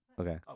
Okay